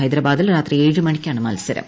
ഹൈദരാബാദിൽ രാത്രി ഏഴ് മണിക്കാണ് മൽസരം